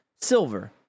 Silver